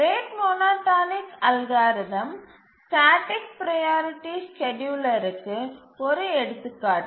rate monotonic algorithm static priority ஸ்கேட்யூலருக்கு ஒரு எடுத்துக்காட்டு